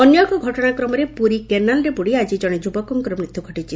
ଅନ୍ୟଏକ ଘଟଶାକ୍ରମରେ ପୁରୀ କେନାଲ୍ରେ ବୁଡ଼ି ଆକି ଜଣେ ଯୁବକଙ୍କ ମୃତ୍ୟୁ ଘଟିଛି